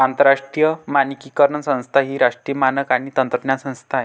आंतरराष्ट्रीय मानकीकरण संस्था ही राष्ट्रीय मानक आणि तंत्रज्ञान संस्था आहे